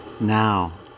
Now